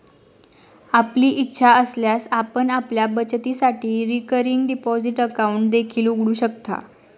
आपली इच्छा असल्यास आपण आपल्या बचतीसाठी रिकरिंग डिपॉझिट अकाउंट देखील उघडू शकता